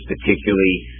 particularly